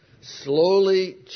slowly